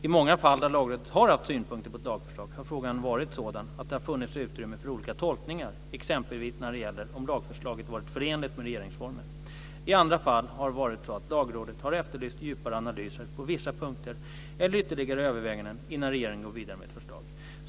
I många fall där Lagrådet har haft synpunkter på ett lagförslag har frågan varit sådan att det har funnits utrymme för olika tolkningar, exempelvis när det gäller om lagförslaget varit förenligt med regeringsformen. I andra fall har det varit så att Lagrådet har efterlyst djupare analyser på vissa punkter eller ytterligare överväganden innan regeringen går vidare med ett förslag.